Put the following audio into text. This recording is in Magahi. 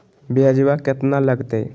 ब्यजवा केतना लगते?